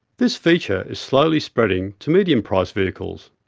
this feature is slowly spreading to medium priced vehicles.